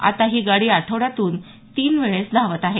आता ही गाडी आठवड्यातून तीन वेळेस धावत आहे